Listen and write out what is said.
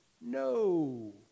No